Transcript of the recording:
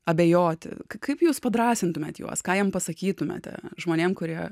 abejoti kaip jūs padrąsintumėt juos ką jiem pasakytumėte žmonėm kurie